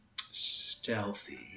stealthy